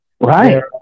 Right